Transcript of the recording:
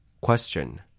Question